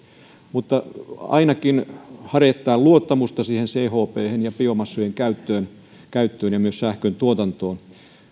mutta ainakin se herättää luottamusta siihen chphen ja biomassojen käyttöön käyttöön ja myös sähköntuotantoon